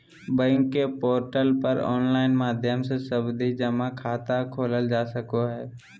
bank के portal पर online माध्यम से सावधि जमा खाता खोलल जा सको हय